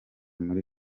muri